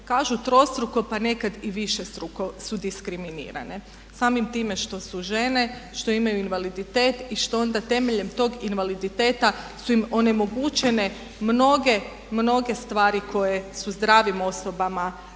kažu trostruko pa nekad i višestruko su diskriminirane samim time što su žene, što imaju invaliditet i što onda temeljem tog invaliditeta su im onemogućene mnoge, mnoge stvari koje su zdravim osobama pristupačne